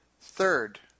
third